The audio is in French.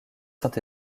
saint